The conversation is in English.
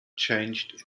changed